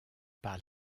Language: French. par